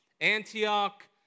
Antioch